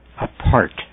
apart